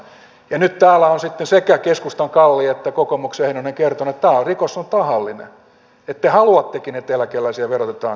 ja nyt täällä on sitten sekä keskustan kalli että kokoomuksen heinonen kertonut että tämä rikos on tahallinen että te haluattekin että eläkeläisiä verotetaan ankarammin